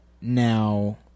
Now